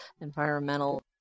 environmental